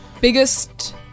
Biggest